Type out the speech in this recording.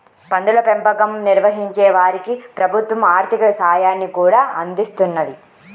పందుల పెంపకం నిర్వహించే వారికి ప్రభుత్వం ఆర్ధిక సాయాన్ని కూడా అందిస్తున్నది